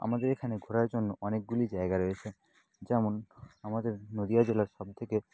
আমাদের এখানে ঘোরার জন্য অনেকগুলি জায়গা রয়েছে যেমন আমাদের নদিয়া জেলার সবথেকে